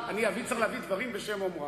צריך להביא דברים בשם אומרם.